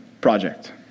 project